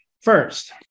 First